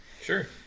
Sure